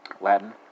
Latin